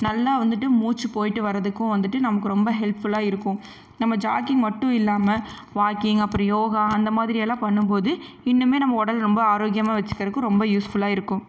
நல்லா வந்துட்டு மூச்சு போயிட்டு வரதுக்கும் வந்துட்டு நமக்கு ரொம்ப ஹெல்ப்ஃபுல்லாக இருக்கும் நம்ம ஜாகிங் மட்டும் இல்லாமல் வாக்கிங் அப்புறம் யோகா அந்த மாதிரியெல்லாம் பண்ணும்போது இன்னுமே நம்ம உடல் ஆரோக்கியமாக வச்சுக்கிறக்கு ரொம்ப யூஸ்ஃபுல்லாக இருக்கும்